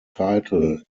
title